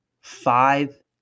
five